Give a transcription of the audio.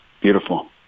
beautiful